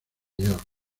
york